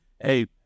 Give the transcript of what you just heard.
hey